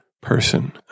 person